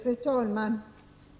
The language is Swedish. Fru talman!